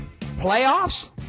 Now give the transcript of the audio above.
Playoffs